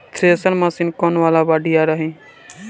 Thresher machine कौन वाला बढ़िया रही?